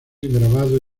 grabado